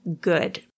good